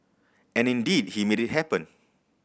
and indeed he made it happen